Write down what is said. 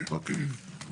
אוקיי.